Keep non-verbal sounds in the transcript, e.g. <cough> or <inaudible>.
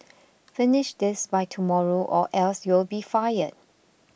<noise> finish this by tomorrow or else you will be fired